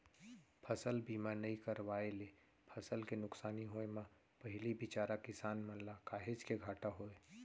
फसल बीमा नइ करवाए ले फसल के नुकसानी होय म पहिली बिचारा किसान मन ल काहेच के घाटा होय